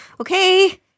Okay